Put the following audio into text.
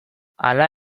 hala